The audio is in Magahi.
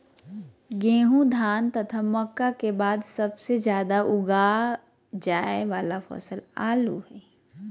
गेहूं, धान तथा मक्का के बाद सबसे ज्यादा उगाल जाय वाला फसल आलू हइ